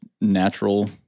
natural